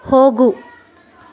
ಹೋಗು